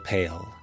Pale